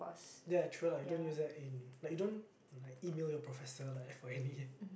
ya true lah you don't use that in like you don't like email your professor like F_Y_N_A